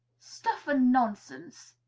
stuff and nonsense!